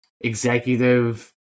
executive